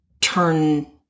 turn